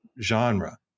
genre